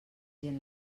gent